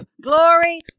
glory